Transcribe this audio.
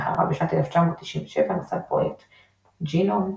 ואחריו בשנת 1997 נוסד פרויקט GNOME,